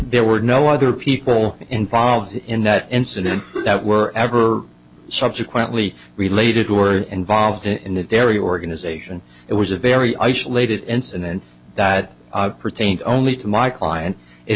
there were no other people involved in that incident that were ever subsequently related were involved in that area organization it was a very isolated incident that pertained only to my client it